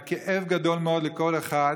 היה כאב גדול מאוד לכל אחד,